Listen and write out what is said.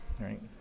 right